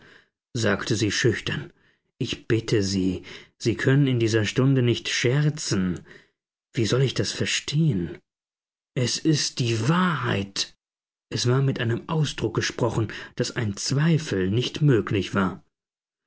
sagte sie schüchtern ich bitte sie sie können in dieser stunde nicht scherzen wie soll ich das verstehen es ist die wahrheit es war mit einem ausdruck gesprochen daß ein zweifel nicht möglich war